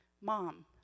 Mom